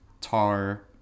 Tar